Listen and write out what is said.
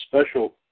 special